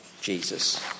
Jesus